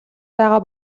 байгаа